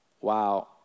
wow